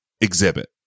exhibit